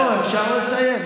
אפשר לסיים.